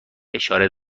اشاره